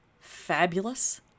fabulous